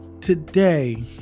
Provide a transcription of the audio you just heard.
today